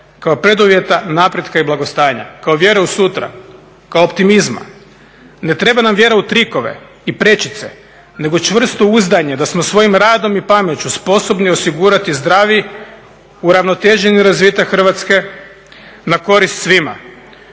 kao preduvjeta napretka i blagostanja, kao vjere u sutra, kao optimizma. Ne treba nam vjera u trikove i prečice, nego čvrsto uzdanje da smo svojim radom i pameću sposobni osigurati zdravi, uravnoteženi razvitak Hrvatske na korist svima.